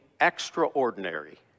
extraordinary